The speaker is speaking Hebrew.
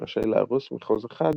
ורשאי להרוס מחוז אחד